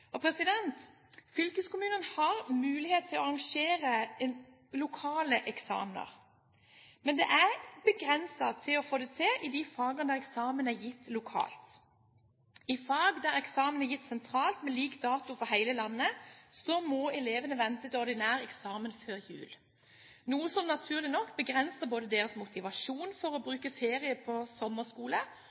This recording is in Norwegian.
Fylkeskommunene har mulighet til å arrangere lokale eksamener, men det er begrenset til de fagene der eksamen er gitt lokalt. I fag der eksamen er gitt sentralt med lik dato for hele landet, må elevene vente til ordinær eksamen før jul, noe som naturlig nok både begrenser deres motivasjon for å bruke ferie på